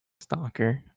Stalker